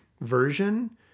version